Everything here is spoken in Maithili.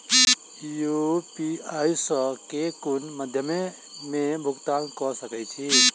यु.पी.आई सऽ केँ कुन मध्यमे मे भुगतान कऽ सकय छी?